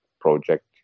project